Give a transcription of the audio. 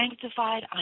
sanctified